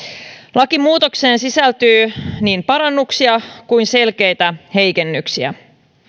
lakimuutokseen sisältyy niin parannuksia kuin selkeitä heikennyksiä